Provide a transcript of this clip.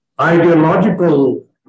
ideological